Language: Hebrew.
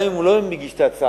גם אם הוא לא מגיש את ההצעה,